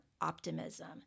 optimism